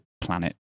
planet